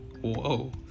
Whoa